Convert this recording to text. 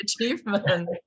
achievement